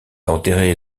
enterré